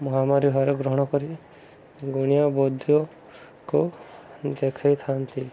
ମହାମାରୀ ଭାବରେ ଗ୍ରହଣ କରି ଗୁଣିଆ ବୈଦକୁ ଦେଖେଇଥାନ୍ତି